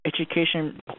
education